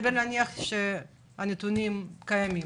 סביר להניח שהנתונים האלה קיימים.